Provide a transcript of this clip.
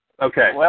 Okay